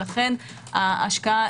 לכן ההשקעה